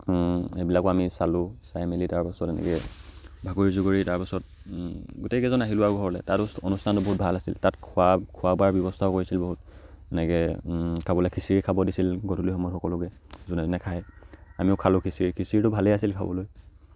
সেইবিলাকো আমি চালোঁ চাই মেলি তাৰপাছত এনেকৈ ভাগৰি জুগৰি তাৰপাছত গোটেইকেইজন আহিলোঁ আৰু ঘৰলৈ তাতো অনুষ্ঠানটো বহুত ভাল আছিল তাত খোৱা খোৱা বোৱাৰ ব্যৱস্থাও কৰিছিল বহুত এনেকৈ খাবলৈ খিচিৰি খাব দিছিল গধূলি সময়ত সকলোকে যোনে যোনে খায় আমিও খালোঁ খিচিৰি খিচিৰিটো ভালেই আছিল খাবলৈ